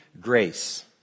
Grace